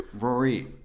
Rory